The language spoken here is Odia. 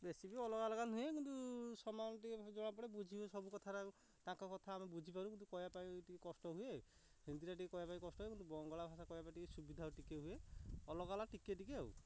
ରେସିପି ଅଲଗା ଅଲଗା ନୁହେଁ କିନ୍ତୁ ସମାନ ଟିକେ ଜଣା ପଡ଼େ ବୁଝିହୁଏ ସବୁ କଥାଟା ତାଙ୍କ କଥା ଆମେ ବୁଝିପାରୁ କିନ୍ତୁ କହିବା ପାଇଁ ଟିକେ କଷ୍ଟ ହୁଏ ହିନ୍ଦୀଟା ଟିକେ କହିବା ପାଇଁ କଷ୍ଟ କିନ୍ତୁ ବଙ୍ଗଳା ଭାଷା କହିବା ପାଇଁ ଟିକେ ସୁବିଧା ଟିକେ ହୁଏ ଅଲଗା ଅଲଗା ଟିକେ ଟିକେ ଆଉ